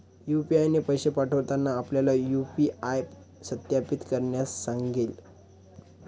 UPI ने पैसे पाठवताना आपल्याला यू.पी.आय सत्यापित करण्यास सांगेल